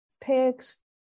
pigs